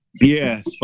Yes